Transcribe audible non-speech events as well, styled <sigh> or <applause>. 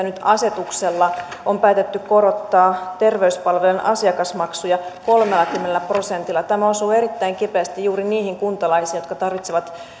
<unintelligible> nyt asetuksella on päätetty korottaa terveyspalvelujen asiakasmaksuja kolmellakymmenellä prosentilla tämä osuu erittäin kipeästi juuri niihin kuntalaisiin jotka tarvitsevat